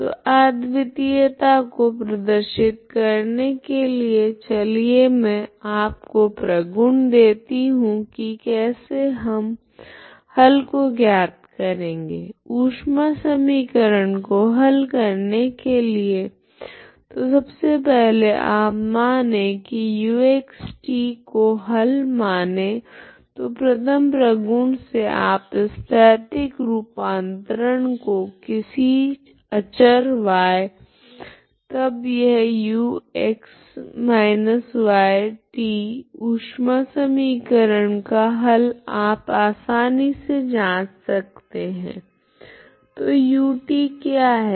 तो अद्वितीयता को प्रदर्शित करने के पहले चलिए मैं आपको प्रगुण देती हूँ की कैसे हम हल को ज्ञात करेगे ऊष्मा समीकरण को हल करने के लिए तो सब से पहले आप माने की uxt को हल माने तो प्रथम प्रगुण मे आप स्थैतिक रूपान्तरण को किसी अचर y तब यह ux yt ऊष्मा समीकरण का हल आप आसानी से जांच सकते है तो ut क्या है